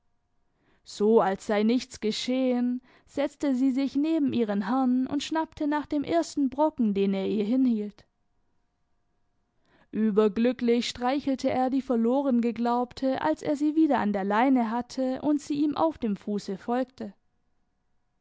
so als sei nichts geschehen setzte sie sich neben ihren herrn und schnappte nach dem ersten brocken den er ihr hinhielt überglücklich streichelte er die verlorengeglaubte als er sie wieder an der leine hatte und sie ihm auf dem fuße folgte